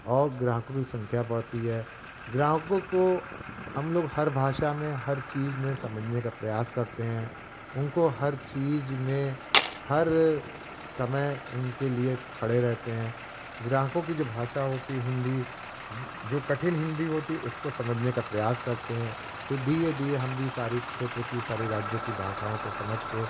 और ग्राहकों की संख्या बढ़ती है ग्राहकों को हम लोग हर भाषा में हर चीज में समझने का प्रयास करते हैं उनको हर चीज में हर समय उनके लिए खड़े रहते हैं ग्राहकों की जो भाषा होती है हिन्दी जो कठिन हिन्दी होती है उसको समझने का प्रयास करते हैं फिर धीरे धीरे हम भी सारी क्षेत्र की सारी राज्यों की भाषाओं को समझ के